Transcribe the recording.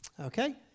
Okay